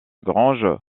grange